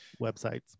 websites